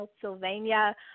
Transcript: Pennsylvania